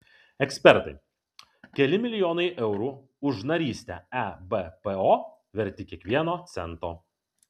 ekspertai keli milijonai eurų už narystę ebpo verti kiekvieno cento